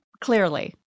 Clearly